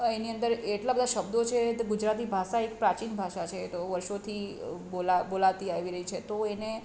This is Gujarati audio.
એની અંદર એટલા બધા શબ્દો છે તે ગુજરાતી ભાષા એક પ્રાચીન ભાષા છે તો વર્ષોથી બોલા બોલાતી આવી રહી છે તો એને